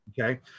Okay